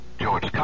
George